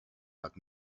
but